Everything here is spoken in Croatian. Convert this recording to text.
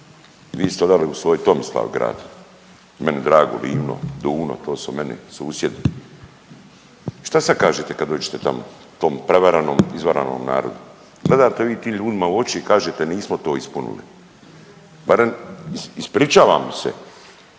Vi ste odali u svoj Tomislavgrad, meni drago Livno, Duvno to su meni susjedi. Šta sad kažete kad dođete tamo tom prevaranom, izvaranom narodu? Gledate vi tim ljudima u oči i kažete nismo to ispunili? Barem ispričavamo se,